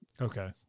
Okay